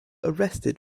arrested